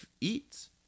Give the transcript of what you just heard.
eats